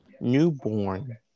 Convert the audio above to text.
newborn